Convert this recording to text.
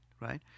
right